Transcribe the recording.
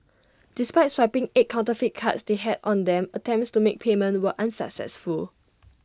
despite swiping eight counterfeit cards they had on them attempts to make payment were unsuccessful